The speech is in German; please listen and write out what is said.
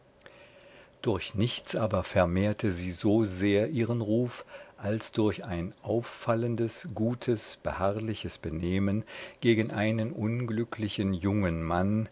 durch nichts aber vermehrte sie so sehr ihren ruf als durch ein auffallendes gutes beharrliches benehmen gegen einen unglücklichen jungen mann